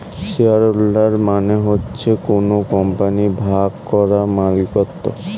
share holder মানে হচ্ছে কোন কোম্পানির ভাগ করা মালিকত্ব